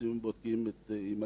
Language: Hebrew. מקסימום המאבטח בודק עם מגנומטר,